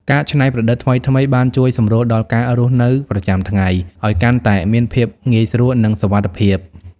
ការច្នៃប្រឌិតថ្មីៗបានជួយសម្រួលដល់ការរស់នៅប្រចាំថ្ងៃឱ្យកាន់តែមានភាពងាយស្រួល និងសុវត្ថិភាព។